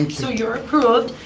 and so, you're approved.